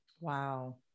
Wow